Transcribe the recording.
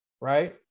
right